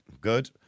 Good